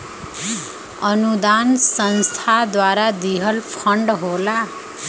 अनुदान संस्था द्वारा दिहल फण्ड होला